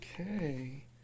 Okay